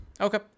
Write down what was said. okay